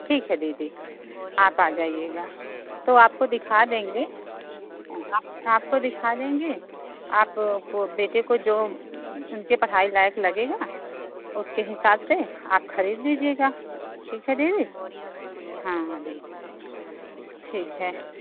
ठीक है दीदी आप आ जाइएगा तो आपको दिखा देंगे आपको दिखा देंगे आपको बेटे को जो उनके पढ़ाई लायक लगेगा उसके हिसाब से आप खरीद लीजिएगा ठीक है दीदी हाँ दीदी ठीक है